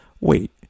Wait